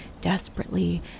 desperately